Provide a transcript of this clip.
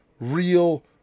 real